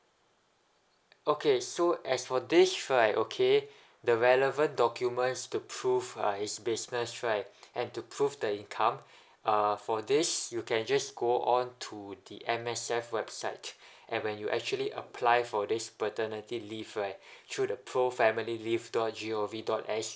okay so as for this right okay the relevant documents to prove uh his business right and to prove the income uh for this you can just go on to the M_S_F website and when you actually apply for this paternity leave right through the pro family leave dot g o v dot sg